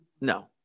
No